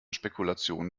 spekulationen